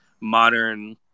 modern